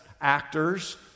actors